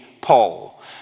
Paul